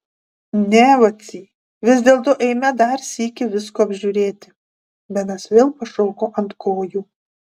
ne vacy vis dėlto eime dar sykį visko apžiūrėti benas vėl pašoko ant kojų